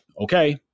Okay